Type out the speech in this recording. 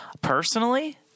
personally